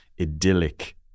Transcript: idyllic